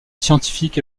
scientifique